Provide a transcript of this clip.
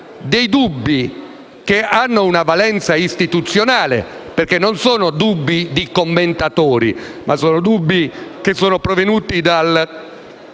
dubbi che hanno una valenza istituzionale (perché non sono dubbi di commentatori, ma sono provenuti dal